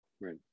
Right